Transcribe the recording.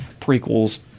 prequels